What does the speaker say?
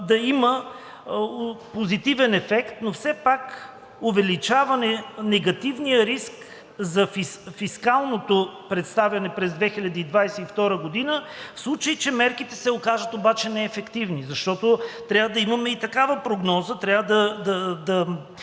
да има позитивен ефект, но все пак увеличава негативния риск за фискалното представяне през 2022 г., в случай че мерките се окажат обаче неефективни, защото трябва да имаме и такава прогноза,